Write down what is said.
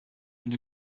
and